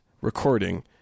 recording